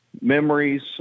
memories